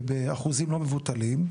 ובאחוזים לא מבוטלים,